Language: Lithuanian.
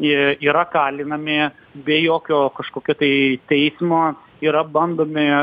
jie yra kalinami be jokio kažkokio tai teismo yra bandomi